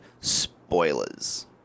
Spoilers